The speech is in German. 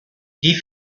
die